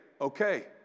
okay